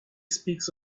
speaks